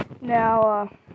Now